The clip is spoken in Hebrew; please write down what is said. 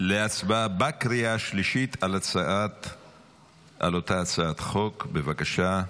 להצבעה בקריאה השלישית על אותה הצעת חוק, בבקשה.